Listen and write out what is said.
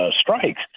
strikes